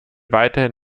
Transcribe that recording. weiterhin